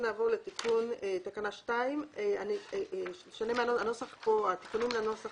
נעבור לתיקון תקנה 2. התיקונים לנוסח